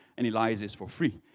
and eliza's for free.